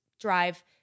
drive